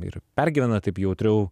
ir pergyvena taip jautriau